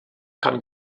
kann